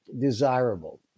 desirable